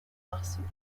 lawsuit